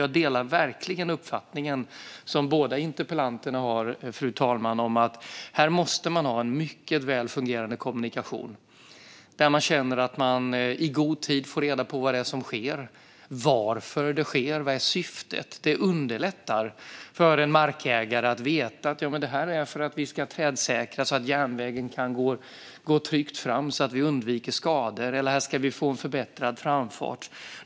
Jag delar verkligen ledamöternas uppfattning om att det måste finnas mycket väl fungerande kommunikation, så att man känner att man i god tid får reda på vad som sker och varför det sker, vad syftet är. Det underlättar för en markägare att veta att det beror på att järnvägen behöver trädsäkras så tågen att kan gå tryggt fram, för att undvika skador eller för att få förbättrad framfart.